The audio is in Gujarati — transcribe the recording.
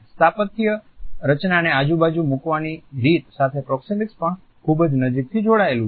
સ્થાપત્ય રચનાને આજુબાજુ મૂકવાની રીત સાથે પ્રોક્સિમીક્સ પણ ખૂબ નજીકથી જોડાયેલું છે